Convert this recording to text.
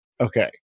Okay